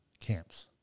camps